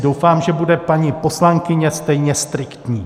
Doufám, že bude paní poslankyně stejně striktní.